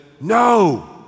no